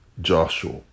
Joshua